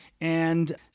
And-